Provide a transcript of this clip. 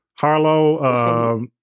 Harlow